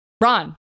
Ron